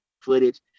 footage